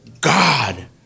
God